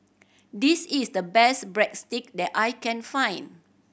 this is the best Breadstick that I can find